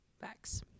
Facts